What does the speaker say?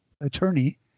attorney